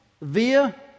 via